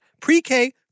pre-K